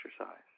exercise